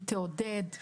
היא תעודד תעסוקה,